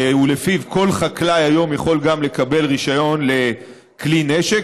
ולפי כל חקלאי היום יכול גם לקבל רישיון לכלי נשק.